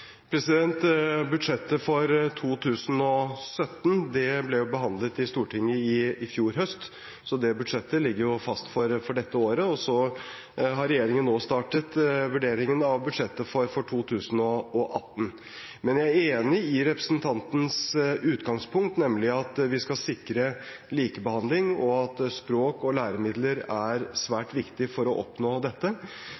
Budsjettet for 2017 ble behandlet i Stortinget i fjor høst, så det budsjettet ligger fast for dette året. Så har regjeringen nå startet vurderingen av budsjettet for 2018. Men jeg er enig i representantens utgangspunkt, nemlig at vi skal sikre likebehandling, og at språk og læremidler er